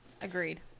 agreed